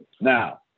Now